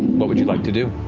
what would you like to do?